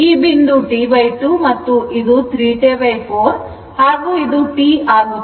ಈ ಬಿಂದು T2 ಮತ್ತು ಇದು 3T4 ಹಾಗೂ ಇದು T ಆಗುತ್ತದೆ